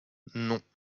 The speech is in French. non